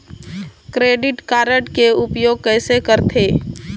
Credit card के उपयोग कैसे करथे?